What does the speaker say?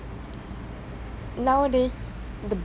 nowadays